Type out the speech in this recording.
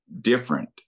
different